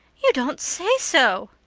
you don't say so!